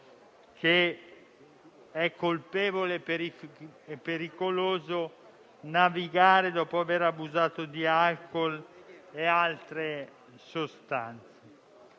che è colpevole e pericoloso navigare dopo aver abusato di alcol e di altre sostanze.